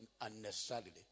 unnecessarily